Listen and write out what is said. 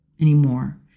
anymore